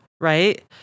Right